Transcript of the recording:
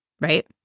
right